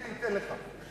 ניתן לך.